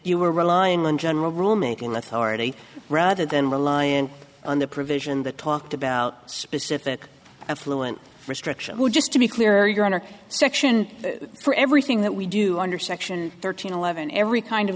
you were relying on general rule making that already rather than relying on the provision that talked about specific affluent restriction just to be clear your honor section for everything that we do under section thirteen eleven every kind of